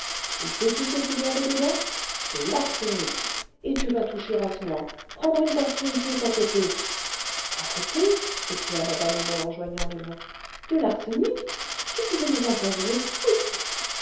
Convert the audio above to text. et sais-tu ce qu'il y avait dedans de l'arsenic et tu vas toucher à cela prendre une bassine qui est à côté à côté s'écria madame homais en joignant les mains de l'arsenic tu pouvais nous empoisonner tous